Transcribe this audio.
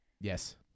Yes